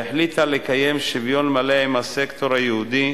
והחליטה לקיים לגביה שוויון מלא עם הסקטור היהודי.